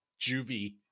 juvie